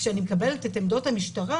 כשאני מקבלת את עמדות המשטרה,